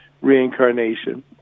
reincarnation